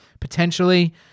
potentially